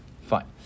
Fine